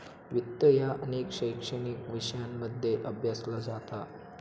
वित्त ह्या अनेक शैक्षणिक विषयांमध्ये अभ्यासला जाता